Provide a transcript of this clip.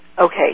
Okay